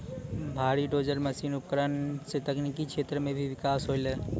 भारी dozer machine उपकरण सें तकनीकी क्षेत्र म भी बिकास होलय